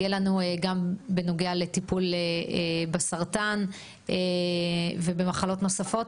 יהיה לנו גם בנוגע לטיפול בסרטן ובמחלות נוספות.